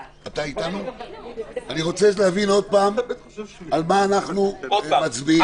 אני רוצה להבין עוד פעם על מה אנחנו מצביעים.